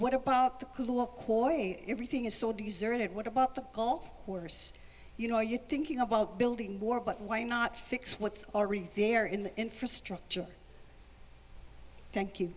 what about the everything is so deserted what about the golf course you know you're thinking about building more but why not fix what's already there in the infrastructure thank